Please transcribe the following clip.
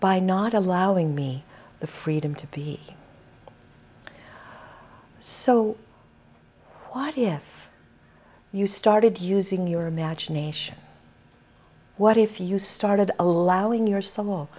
by not allowing me the freedom to be so what if you started using your imagination what if you started allowing your so